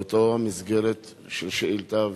באותה מסגרת של שאילתא,